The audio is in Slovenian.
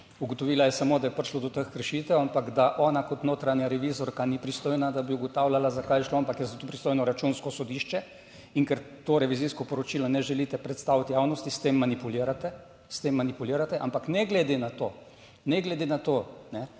ugotovila je samo, da je prišlo do teh kršitev, ampak da ona kot notranja revizorka ni pristojna, da bi ugotavljala, za kaj je šlo, ampak je za to pristojno Računsko sodišče. In ker to revizijsko poročilo ne želite predstaviti javnosti, s tem manipulirate. S tem manipulirate. Ampak ne glede na to, ne glede na to,